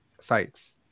sites